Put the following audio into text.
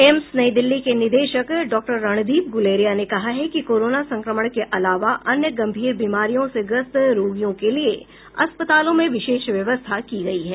AIIMS New Delhi के निदेशक doctor Randeep Guleria ने कहा कि कोरोना संक्रमण के अलावा अन्य गंभीर बीमारियों से ग्रस्त रोगियों के लिए अस्पताल में विशेष व्यवस्था की गई है